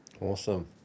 Awesome